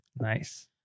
Nice